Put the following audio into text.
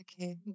Okay